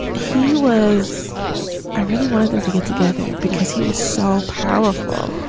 he was i really wanted them to get together because he was so powerful.